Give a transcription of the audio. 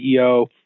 CEO